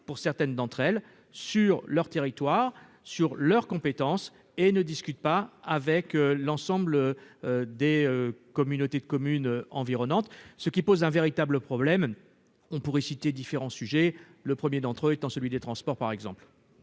pour certaines d'entre elles sur leur territoire sur leurs compétences et ne discute pas avec l'ensemble des communautés de communes environnantes, ce qui pose un véritable problème, on pourrait citer différents sujets le 1er d'entre eux étant celui des transports par exemple.